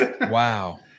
Wow